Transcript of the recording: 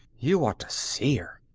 you ought to see her!